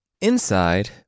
Inside